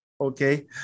okay